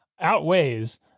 outweighs